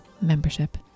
membership